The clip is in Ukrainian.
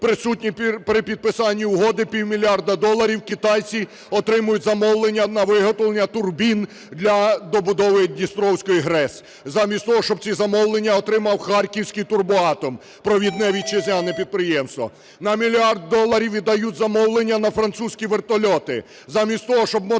присутній при підписанні угоди^ півмільярда доларів китайці отримають замовлення на виготовлення турбін для добудови Дністровської ГРЕС. Замість того, щоб ці замовлення отримав харківський "Турбоатом", провідне вітчизняне підприємство. На мільярд доларів віддають замовлення на французькі вертольоти,